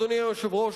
אדוני היושב-ראש,